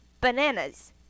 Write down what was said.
Bananas